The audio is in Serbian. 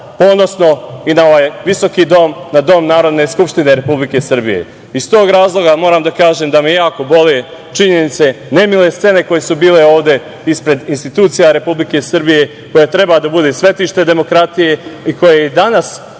ponosno i na ovaj visoki dom, na dom Narodne skupštine Republike Srbije. Iz tog razloga moram da kažem da me jako bole činjenice, nemile scene koje su bile ovde ispred institucije Republike Srbije koja treba da bude svetište demokratije i koja je i danas,